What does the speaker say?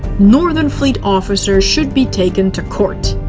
northern fleet officers should be taken to court.